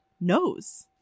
nose